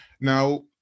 now